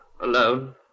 Alone